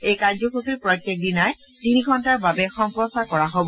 এই কাৰ্যসূচী প্ৰত্যেক দিনাই তিনি ঘণ্টাৰ বাবে সম্প্ৰচাৰ কৰা হব